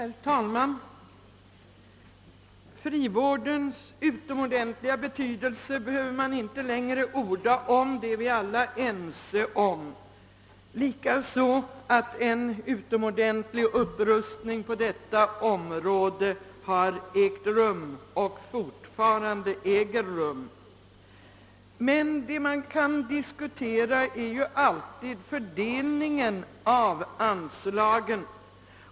Herr talman! Frivårdens utomordentliga betydelse behöver man inte orda mera om. Vi är alla ense om den, liksom om att en förnämlig upprustning på detta område har ägt rum och fortfarande äger rum. Vad man alltid kan diskutera är däremot fördelningen av anslagen.